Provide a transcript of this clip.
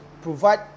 Provide